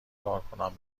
کارکنان